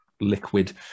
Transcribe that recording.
liquid